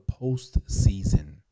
postseason